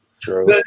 True